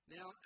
Now